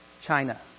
China